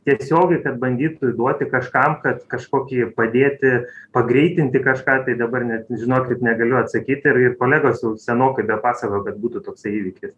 tiesiogiai kad bandyt įduoti kažkam kad kažkokį padėti pagreitinti kažką tai dabar net žinokit negaliu atsakyti ir ir kolegos jau senokai bepasakojo kad būtų toksai įvykis